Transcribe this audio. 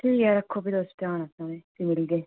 ठीक ऐ रक्खो फ्ही तुस ध्यान अपना बी मिलगे